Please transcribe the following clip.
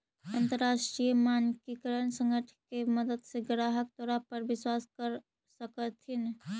अंतरराष्ट्रीय मानकीकरण संगठन के मदद से ग्राहक तोरा पर विश्वास कर सकतथीन